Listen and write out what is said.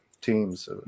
teams